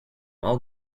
i’ll